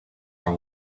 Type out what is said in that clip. are